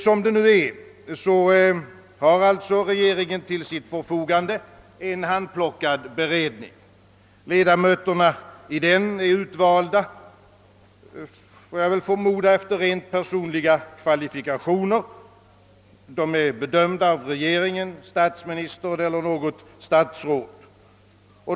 Som det nu är, har alltså regeringen till sitt förfogande en handplockad beredning. Ledamöterna i den är utvalda, får jag väl förmoda, efter rent personliga kvalifikationer, bedömda av regeringen, statsministern eller något statsråd.